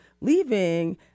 leaving